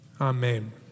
Amen